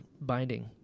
binding